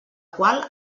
qual